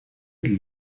для